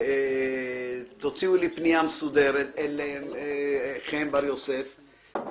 ותוציאו פנייה מסודרת אל חן בר-יוסף,